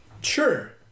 Sure